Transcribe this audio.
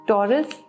Taurus